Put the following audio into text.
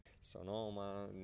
sonoma